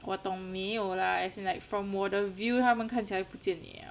我懂没有啦 as in like from 我的 view 它们看起来不见 liao